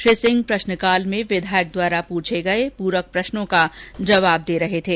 श्री सिंह प्रश्नकाल में विधायक द्वारा पूछे गए पूरक प्रश्नों का जवाब दे रहे थे